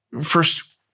First